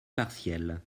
partielle